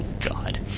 god